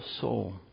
soul